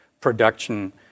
production